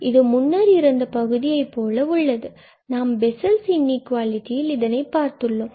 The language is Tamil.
இது முன்னர் இருந்த பகுதியை போல உள்ளது நாம் பெசல்ஸ் இன்இகுவாலிட்டியில் இதனை பார்த்துள்ளோம்